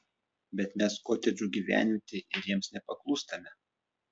bet mes kotedžų gyvenvietė ir jiems nepaklūstame